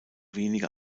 wenige